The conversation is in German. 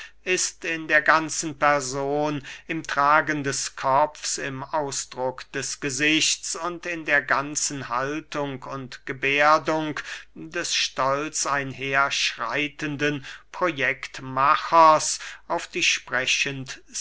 ist in der ganzen person im tragen des kopfs im ausdruck des gesichts und in der ganzen haltung und geberdung des stolz einherschreitenden projektmachers auf die sprechendste